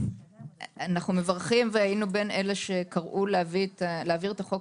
אנחנו מברכים והיינו בין אלה שקראו להעביר את החוק